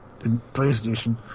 PlayStation